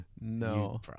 No